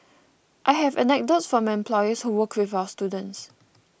I have anecdotes from employers who work with our students